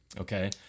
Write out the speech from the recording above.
Okay